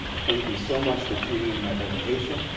thank you so much for tuning into my presentation.